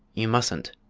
you mustn't.